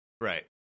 Right